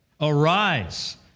arise